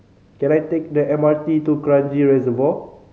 can I take the M R T to Kranji Reservoir